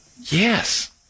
Yes